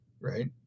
right